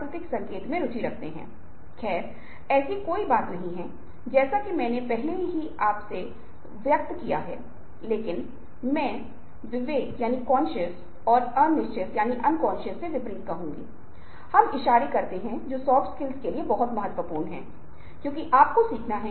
कृत्रिम परिस्थितियां जिन स्थितियों के माध्यम से आप ये कार्य कर रहे हैं वे कृत्रिम हैं जो पहले से ही दूसरे अंक से जुड़ी हुई हैं और पहले अंक पर पहला खेद है जो कि धोखे का है